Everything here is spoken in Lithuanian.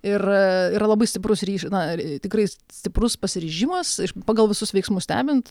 ir yra labai stiprus ryš na ir tikrai stiprus pasiryžimas pagal visus veiksmus stebint